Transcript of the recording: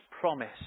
promise